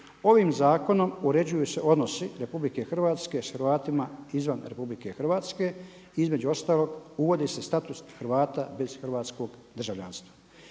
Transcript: „Ovim zakonom uređuju se odnosi Republike Hrvatske sa Hrvatima izvan Republike Hrvatske. Između ostalog uvodi se status Hrvata bez hrvatskog državljanstva“.